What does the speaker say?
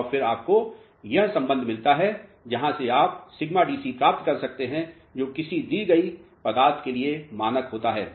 और फिर आपको यह संबंध मिलता है जहां से आप σDC प्राप्त कर सकते हैं जो किसी दी गयी पदार्थ के लिए एक मानक होता है